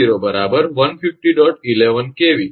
013 𝑚 અને 𝑉0 150